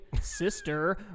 sister